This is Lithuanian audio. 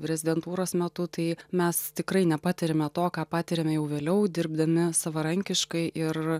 rezidentūros metu tai mes tikrai nepatiriame to ką patiriame jau vėliau dirbdami savarankiškai ir